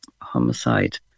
homicide